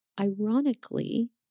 ironically